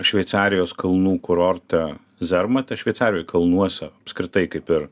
šveicarijos kalnų kurorte zermate šveicarijoj kalnuose apskritai kaip ir